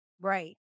Right